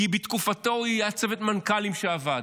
כי בתקופתו היה צוות מנכ"לים שעבד.